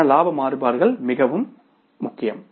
எனவே இலாப மாறுபாடுகள் மிக முக்கியம்